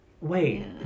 Wait